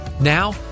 Now